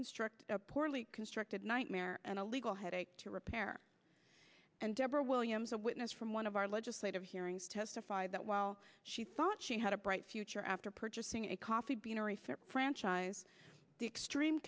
constructed poorly constructed nightmare and a legal headache to repair and deborah williams a witness from one of our legislative hearings testified that while she thought she had a bright future after purchasing a coffee beanery for franchise the extreme